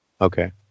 Okay